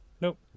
Nope